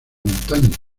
montaña